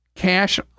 Cash